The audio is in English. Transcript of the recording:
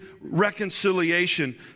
reconciliation